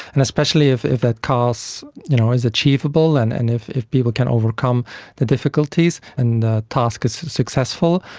and especially if if that cause you know is achievable and and if if people can overcome the difficulties and a task is successful,